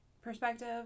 perspective